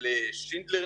ונדמה לי שגם לשינדלר,